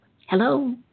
Hello